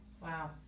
Wow